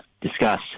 discuss